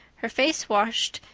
her face washed,